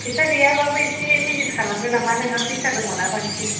फैसा गैयाब्लाबो एसे मेनेज खालामदो नामा नोंहा फैसा दङना बांसिन